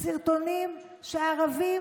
סרטונים שהערבים